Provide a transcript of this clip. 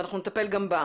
ואנחנו נטפל גם בה.